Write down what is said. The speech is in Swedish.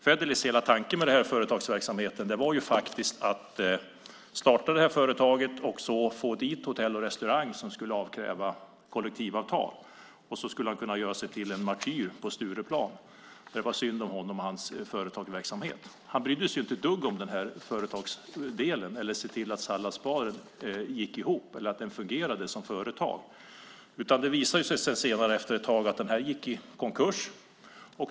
Federleys hela tanke med företagsamheten var att starta ett företag och få dit Hotell och Restaurang som skulle kräva kollektivavtal. Han skulle kunna göra sig till en martyr på Stureplan där det var synd om honom och hans företagsverksamhet. Han brydde sig inte ett dugg om företagsdelen eller att se till att salladsbaren gick ihop och fungerade som företag. Det visade sig efter ett tag att den gick i konkurs.